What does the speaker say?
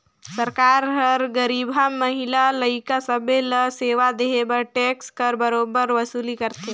सरकार हर गरीबहा, महिला, लइका सब्बे ल सेवा देहे बर टेक्स कर बरोबेर वसूली करथे